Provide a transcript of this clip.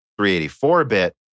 384-bit